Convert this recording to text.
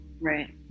Right